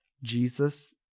jesus